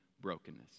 brokenness